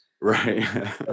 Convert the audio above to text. Right